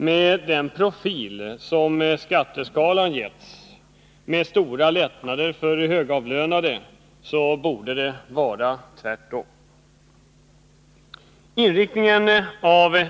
Med den profil som skatteskalan getts, med stora lättnader för högavlönade, borde det vara tvärtom.